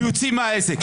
ויוצאים מהעסק.